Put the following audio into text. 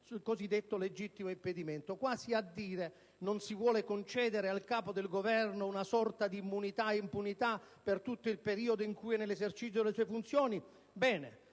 il cosiddetto legittimo impedimento! Quasi a dire: non si vuole concedere al Capo del Governo una sorta di immunità-impunità per tutto il periodo in cui è nell'esercizio delle sue funzioni? Bene,